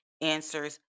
answers